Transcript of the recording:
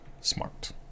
smart